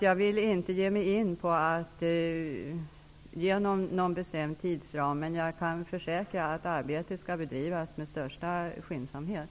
Jag vill inte gärna ge mig in på att ge någon bestämd tidsram. Men jag kan försäkra att arbetet skall bedrivas med största skyndsamhet.